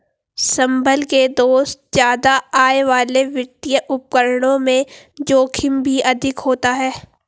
संभल के दोस्त ज्यादा आय वाले वित्तीय उपकरणों में जोखिम भी अधिक होता है